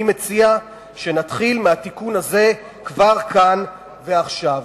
אני מציע שנתחיל מהתיקון הזה כבר כאן ועכשיו.